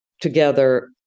together